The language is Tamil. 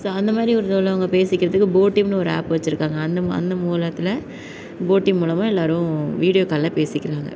ஸோ அந்த மாதிரி உள்ளவங்க பேசிக்கிறதுக்கு போட்டிம்னு ஒரு ஆப்பு வச்சுருக்காங்க அந்த அந்த மூலத்தில் போட்டிம் மூலமாக எல்லோரும் வீடியோ காலில் பேசிக்கிறாங்க